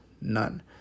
None